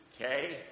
Okay